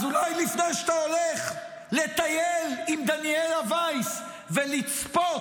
אז אולי לפני שאתה הולך לטייל עם דניאלה וייס ולצפות